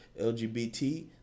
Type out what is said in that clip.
LGBT